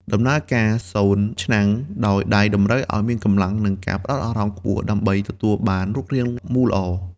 ដំណើរការ សូនឆ្នាំង ដោយដៃតម្រូវឱ្យមានកម្លាំង និងការផ្តោតអារម្មណ៍ខ្ពស់ដើម្បីទទួលបានរូបរាងមូលល្អ។